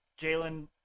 Jalen